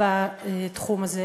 בתחום הזה,